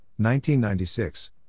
1996